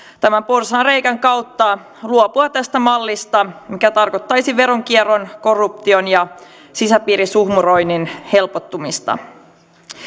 tämän porsaanreiän kautta luopua tästä mallista mikä tarkoittaisi veronkierron korruption ja sisäpiirisuhmuroinnin helpottumista